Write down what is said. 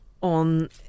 on